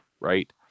right